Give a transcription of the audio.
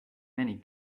many